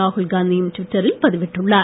ராகுல் காந்தியும் டுவிட்டரில் பதிவிட்டுள்ளார்